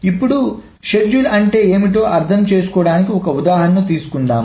ఇప్పుడు షెడ్యూల్ అంటే ఏమిటి అర్థం చేసుకోవడానికి ఒక ఉదాహరణ తీసుకుందాం